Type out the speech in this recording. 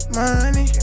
money